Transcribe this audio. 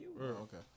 Okay